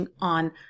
on